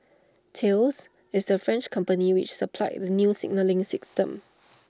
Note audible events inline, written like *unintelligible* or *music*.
Thales is the French company which supplied the new signalling *unintelligible*